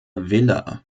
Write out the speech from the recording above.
villa